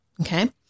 Okay